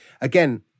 Again